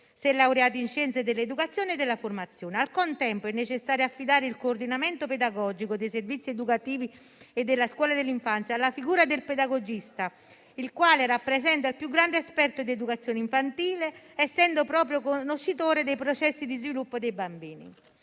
è laureato in scienze dell'educazione e della formazione. Al contempo è necessario affidare il coordinamento pedagogico dei servizi educativi e della scuola dell'infanzia alla figura del pedagogista, il quale rappresenta il più grande esperto di educazione infantile, essendo proprio conoscitore dei processi di sviluppo dei bambini.